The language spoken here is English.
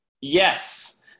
Yes